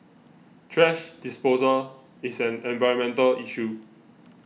thrash disposal is an environmental issue